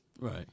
Right